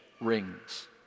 rings